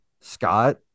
Scott